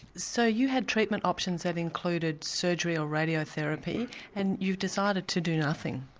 so you had treatment options that included surgery or radiotherapy and you've decided to do nothing?